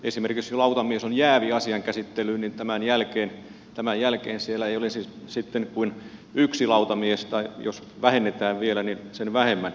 esimerkiksi jos lautamies on jäävi asian käsittelyyn niin tämän jälkeen siellä ei olisi sitten kuin yksi lautamies tai jos vähennetään vielä niin sen vähemmän